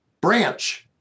branch